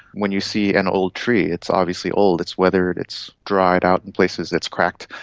when you see an old tree, it's obviously old, it's weathered, it's dried out in places, it's cracked.